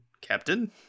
Captain